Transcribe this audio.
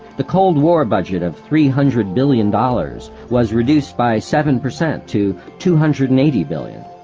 the cold war budget of three hundred billion dollars was reduced by seven percent to two hundred and eighty billion